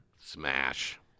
Smash